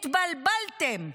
התבלבלתם.